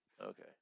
Okay